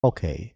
Okay